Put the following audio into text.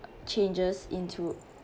changes into